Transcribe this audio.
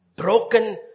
Broken